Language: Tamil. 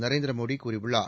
நரேந்திரமோடி கூறியுள்ளார்